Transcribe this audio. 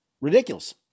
ridiculous